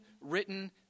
written